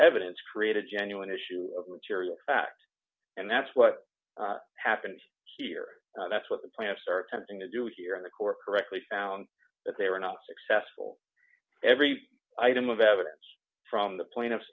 evidence create a genuine issue of material fact and that's what happened here that's what the plants are attempting to do here in the court correctly found that they were not successful every item of evidence from the plane of